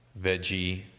veggie